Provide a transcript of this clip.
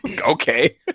okay